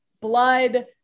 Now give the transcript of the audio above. blood